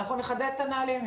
אנחנו נחדד את הנהלים.